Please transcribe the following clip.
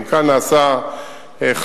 גם כאן נעשה חריג.